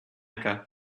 mecca